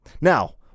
Now